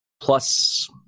Plus